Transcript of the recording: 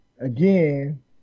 again